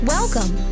Welcome